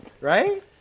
right